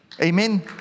Amen